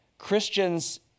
Christians